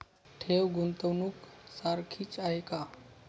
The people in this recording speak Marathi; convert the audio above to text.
ठेव, गुंतवणूक सारखीच आहे का?